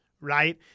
right